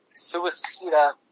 Suicida